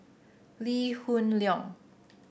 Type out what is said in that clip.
Lee Hoon Leong